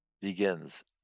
begins